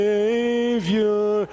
Savior